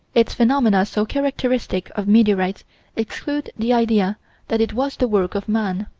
its phenomena so characteristic of meteorites exclude the idea that it was the work of man.